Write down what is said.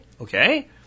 okay